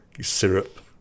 syrup